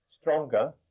stronger